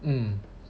mm